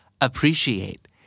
Appreciate